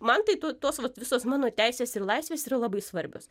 man tai tu tos visos mano teisės ir laisvės yra labai svarbios